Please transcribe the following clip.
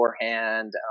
beforehand